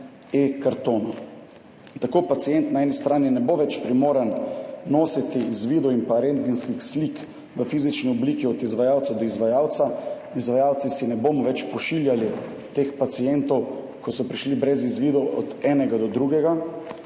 eKartonu. Tako pacient na eni strani ne bo več primoran nositi izvidov in pa rentgenskih slik v fizični obliki od izvajalcev do izvajalca. Izvajalci si ne bomo več pošiljali teh pacientov, ko so prišli brez izvidov od enega do drugega